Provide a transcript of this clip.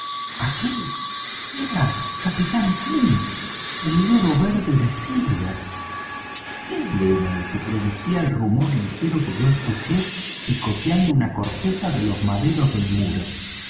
aquel era capitán flint el loro verde de silver él era el que producía el rumor ligero que yo escuché picoteando una corteza de los maderos del muro